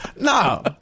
No